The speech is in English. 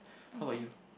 how ~bout you